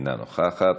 אינה נוכחת.